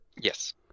Yes